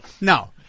No